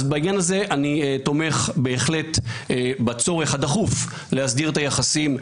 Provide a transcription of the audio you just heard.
אז בעניין הזה אני תומך בהחלט בצורך הדחוף להסדיר את היחסים,